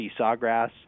Sawgrass